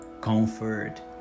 comfort